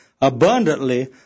abundantly